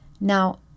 Now